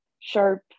sharp